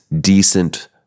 decent